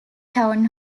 town